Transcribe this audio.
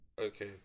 Okay